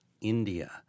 India